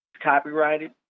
copyrighted